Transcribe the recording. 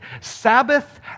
Sabbath